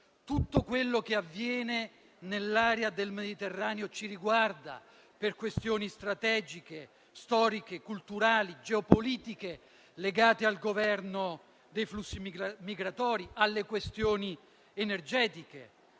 Tutto quello che avviene nell'area del Mediterraneo ci riguarda, per questioni strategiche, storiche, culturali e geopolitiche legate al governo dei flussi migratori e alle questioni energetiche.